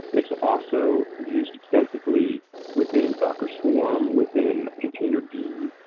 it's also used extensively within docker swarm, within container d,